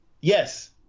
yes